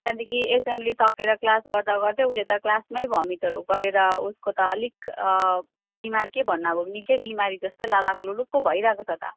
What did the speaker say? त्यहाँदेखि एसेम्ली सकिएर क्लास गर्दा गर्दा उसले त क्लासमै भमिटहरू गरेर उसको त अलिक बिमार के भन्नु अब निक्कै बिमारी जस्तै लालाकलुलुक पो भइरहेको छ त